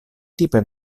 tipe